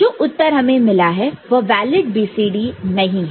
तो जो उत्तर हमें मिला है वह वैलिड BCD नहीं है